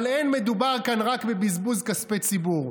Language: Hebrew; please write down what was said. אבל אין מדובר כאן רק בבזבוז כספי ציבור,